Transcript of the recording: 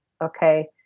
Okay